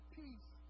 peace